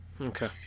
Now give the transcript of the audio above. Okay